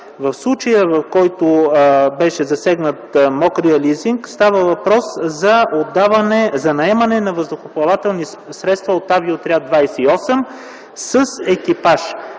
В случая, в който беше засегнат мокрият лизинг, става въпрос за наемане на въздухоплавателни средства от Авиоотряд 28 с екипаж.